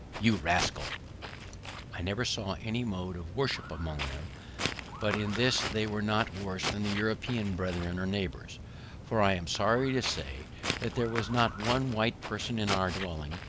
you rascal i never saw any mode of worship among them but in this they were not worse than their european brethren or neighbours for i am sorry to say that there was not one white person in our dwelling,